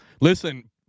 Listen